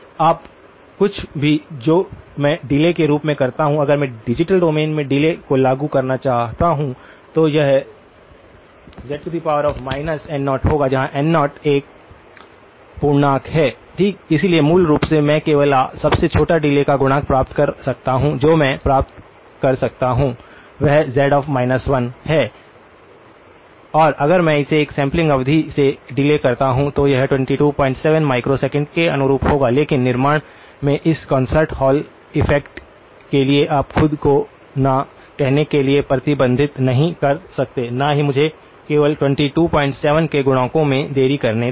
अब कुछ भी जो मैं डिले के रूप में करता हूं अगर मैं डिजिटल डोमेन में डिले को लागू करना चाहता हूं तो यह z n0 होगा जहां n0 एक पूर्णांक है ठीक इसलिए मूल रूप से मैं केवल सबसे छोटा डिले का गुणक प्राप्त कर सकता हूं जो मैं प्राप्त कर सकता हूं वह z 1 है और अगर मैं इसे एक सैंपलिंग अवधि से डिले करता हूं तो यह 227 माइक्रोसेकंड के अनुरूप होगा लेकिन निर्माण में इस कॉन्सर्ट हॉल इफ़ेक्ट के लिए आप खुद को ना कहने के लिए प्रतिबंधित नहीं कर सकते ना ही मुझे केवल 227 के गुणकों में देरी करने दें